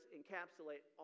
encapsulate